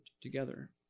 together